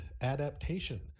adaptation